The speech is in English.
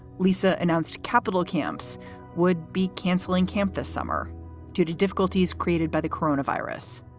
lisa announced capital camps would be canceling camp this summer due to difficulties created by the corona virus.